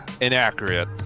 inaccurate